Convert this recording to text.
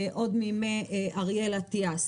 עוד מימי אריאל אטיאס,